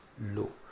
low